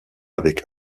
avec